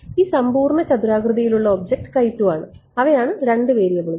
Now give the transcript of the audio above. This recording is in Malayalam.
ഈ സമ്പൂർണ്ണ ചതുരാകൃതിയിലുള്ള ഒബ്ജക്റ്റ് ആണ് അവയാണ് രണ്ട് വേരിയബിളുകൾ